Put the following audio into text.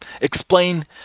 explain